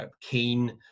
keen